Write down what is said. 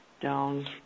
down